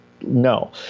no